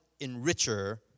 enricher